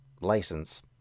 license